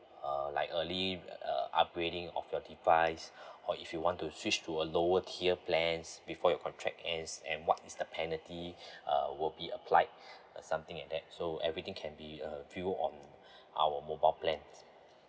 uh like early uh upgrading of your device or if you want to switch to a lower tier plans before your contract ends and what is the penalty uh will be applied uh something like that so everything can be uh view on our mobile plan